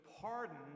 pardon